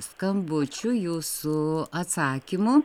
skambučių jūsų atsakymų